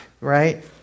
right